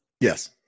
Yes